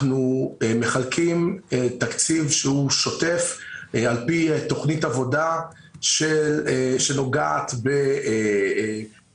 אנחנו מחלקים תקציב שהוא שוטף על פי תכנית עבודה שנוגעת בפיקוח,